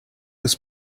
was